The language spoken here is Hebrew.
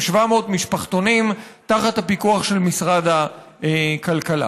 משפחתונים תחת הפיקוח של משרד הכלכלה.